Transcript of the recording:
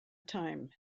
time